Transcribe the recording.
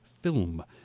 film